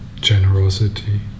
generosity